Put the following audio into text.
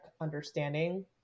understanding